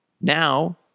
Now